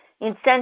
incentives